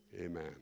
Amen